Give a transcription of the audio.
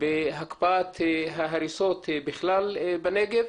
בהקפאת ההריסות בכלל בנגב.